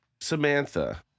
Samantha